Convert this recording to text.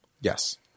Yes